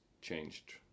changed